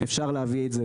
אפשר להביא את זה